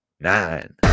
nine